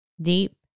deep